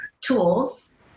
tools